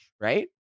right